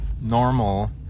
Normal